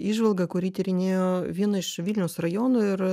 įžvalgą kuri tyrinėjo vieną iš vilniaus rajonų ir